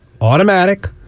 automatic